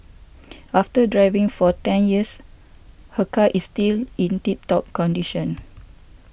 after driving for ten years her car is still in tip top condition